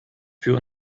für